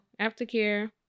aftercare